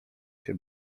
się